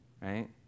right